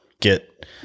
get